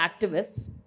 activists